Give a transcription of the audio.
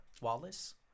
Wallace